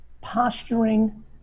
posturing